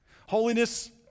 Holiness